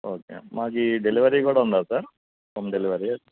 okay అండి మాకీ delivery కూడా ఉందా సార్ హోమ్ డెలివరీ